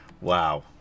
Wow